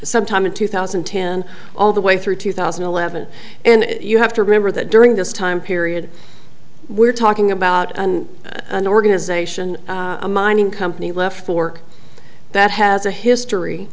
sometime in two thousand and ten all the way through two thousand and eleven and you have to remember that during this time period we're talking about and an organization a mining company left fork that has a history